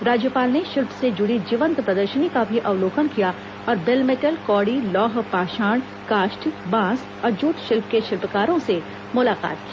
राज्यपाल ने शिल्प से जुड़ी जीवंत प्रदर्शनी का भी अवलोकन किया और बेलर्मेटल कौड़ी लौह पाषाण काष्ठ बांस और जूट शिल्प के शिल्पकारों से मुलाकात की